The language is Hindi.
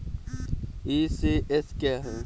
ई.सी.एस क्या है?